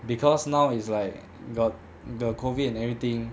because now is like got the COVID and everything